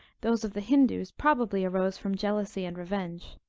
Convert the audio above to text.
those of the hindoos probably arose from jealousy and revenge.